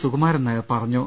സുകുമാരൻ നായർ പറഞ്ഞു